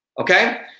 Okay